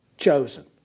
chosen